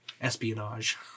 espionage